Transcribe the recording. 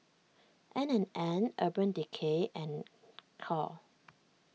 N and N Urban Decay and Knorr